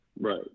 Right